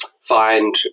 find